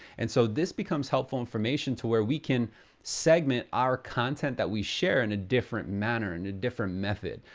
and so, this becomes helpful information to where we can segment our content that we share in a different manner, and a different method.